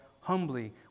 humbly